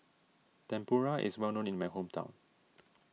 Tempura is well known in my hometown